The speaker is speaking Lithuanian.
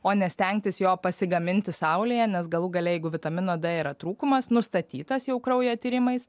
o ne stengtis jo pasigaminti saulėje nes galų gale jeigu vitamino d yra trūkumas nustatytas jau kraujo tyrimais